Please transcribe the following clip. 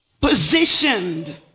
positioned